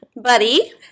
buddy